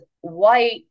white